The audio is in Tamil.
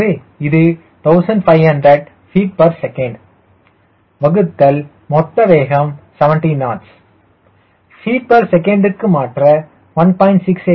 எனவே இது 1500 fts வகுத்தல் மொத்த வேகம் V 70knots fts க்கு மாற்ற 1